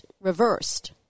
reversed